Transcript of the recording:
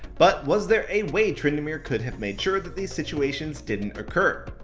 but was there a way tryndamere could have made sure that these situations didn't occur?